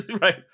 Right